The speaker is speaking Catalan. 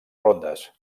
rondes